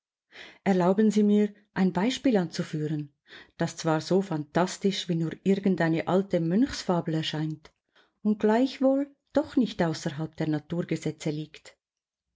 erlauben sie mir ein beispiel anzuführen das zwar so phantastisch wie nur irgend eine alte mönchsfabel erscheint und gleichwohl doch nicht außerhalb der naturgesetze liegt